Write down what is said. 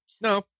no